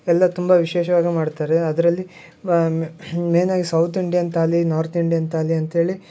ಎಲ್ಲ ತುಂಬ ವಿಶೇಷವಾಗಿ ಮಾಡ್ತಾರೆ ಅದರಲ್ಲಿ ಮೇನಾಗಿ south Indian thali north Indian thali ಅಂತೇಳಿ